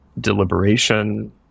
deliberation